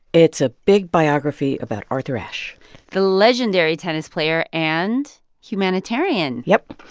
it's a big biography about arthur ashe the legendary tennis player and humanitarian yep.